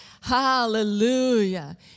hallelujah